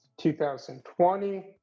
2020